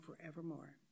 forevermore